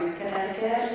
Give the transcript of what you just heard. Connecticut